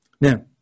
now